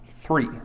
Three